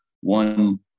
one